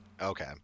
Okay